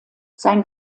sein